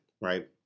Right